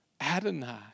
Adonai